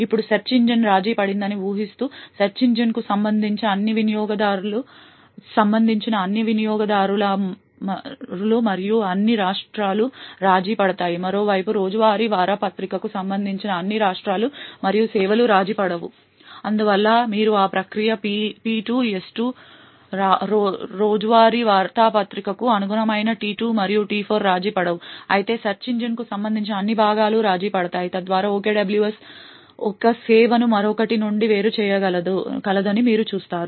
ఇప్పుడు search engine రాజీపడిందని ఊహిస్తూ సెర్చ్ ఇంజిన్కు సంబంధించిన అన్ని వినియోగదారులు మరియు అన్ని రాష్ట్రాలు రాజీపడతాయి మరోవైపు రోజువారీ వార్తాపత్రికకు సంబంధించిన అన్ని రాష్ట్రాలు మరియు సేవలు రాజీపడవు అందువల్ల మీరు ఆ ప్రక్రియను P2 S2 రోజువారీ వార్తాపత్రికకు అనుగుణమైన T2 మరియు T4 రాజీపడవు అయితే సెర్చ్ ఇంజిన్కు సంబంధించిన అన్ని భాగాలు రాజీపడతాయి తద్వారా OKWS ఒక సేవను మరొకటి నుండి వేరుచేయగలదని మీరు చూస్తారు